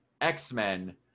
X-Men